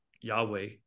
Yahweh